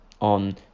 on